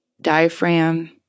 diaphragm